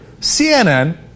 cnn